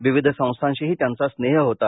विविध संस्थांशीही त्यांचा स्रेह होता